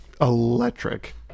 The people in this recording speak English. electric